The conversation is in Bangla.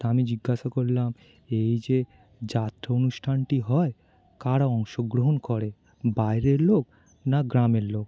তা আমি জিজ্ঞাসা করলাম এই যে যাত্রা অনুষ্ঠানটি হয় কারা অংশগ্রহণ করে বাইরের লোক না গ্রামের লোক